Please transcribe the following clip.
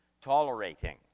tolerating